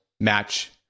match